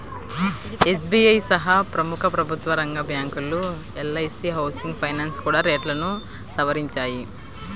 SBI సహా ప్రముఖ ప్రభుత్వరంగ బ్యాంకులు, ఎల్.ఐ.సీ హౌసింగ్ ఫైనాన్స్ కూడా రేట్లను సవరించాయి